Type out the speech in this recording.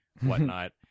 whatnot